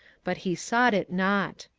but he sought it not.